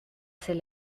ses